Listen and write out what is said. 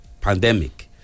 pandemic